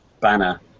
banner